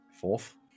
Fourth